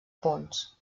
ponts